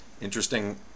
Interesting